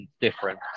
different